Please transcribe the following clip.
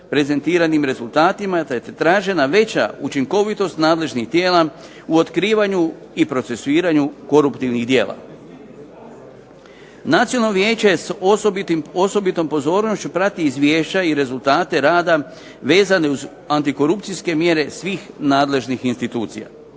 prezentiranim rezultatima te je tražena veća učinkovitost nadležnih tijela u otkrivanju i procesuiranju koruptivnih djela. Nacionalno vijeće s osobitom pozornošću prati izvješća i rezultate rada vezane uz antikorupcijske mjere svih nadležnih institucija.